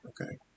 okay